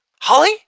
Holly